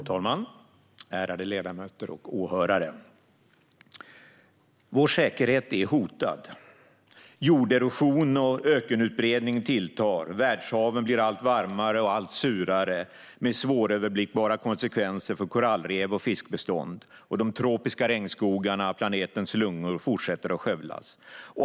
Fru talman, ärade ledamöter och åhörare! Vår säkerhet är hotad. Jorderosion och ökenutbredning tilltar, världshaven blir allt varmare och allt surare - med svåröverblickbara konsekvenser för korallrev och fiskbestånd - och de tropiska regnskogarna, planetens lungor, fortsätter att skövlas.